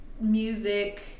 music